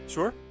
Sure